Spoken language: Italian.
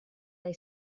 dai